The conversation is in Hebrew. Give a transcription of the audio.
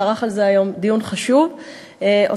שערך היום דיון חשוב על